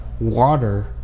water